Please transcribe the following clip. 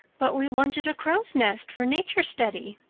but we wanted a crow's nest for nature study,